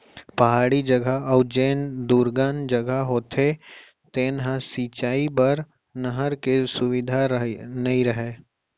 पहाड़ी जघा अउ जेन दुरगन जघा होथे तेन ह सिंचई बर नहर के सुबिधा नइ रहय